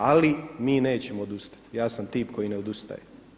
Ali mi nećemo odustati, ja sam tip koji ne odustaje.